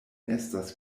estas